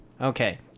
Okay